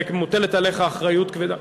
מוטלת עליך אחריות כבדה,